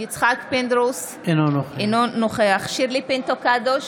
יצחק פינדרוס, אינו נוכח שירלי פינטו קדוש,